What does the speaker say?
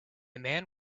man